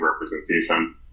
representation